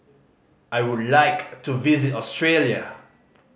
I would like to visit Australia